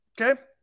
Okay